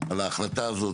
על ההחלטה הזאת,